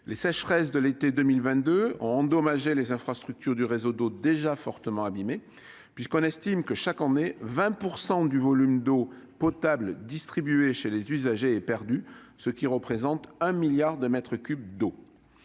les sécheresses de l'été 2022 ont endommagé les infrastructures du réseau d'eau déjà fortement abîmées, puisqu'on estime que, chaque année, 20 % du volume d'eau potable distribuée chez les usagers est perdu, ce qui représente un milliard de mètres cubes d'eau.